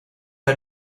que